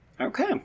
Okay